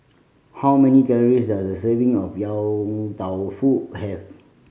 how many calories does a serving of Yong Tau Foo have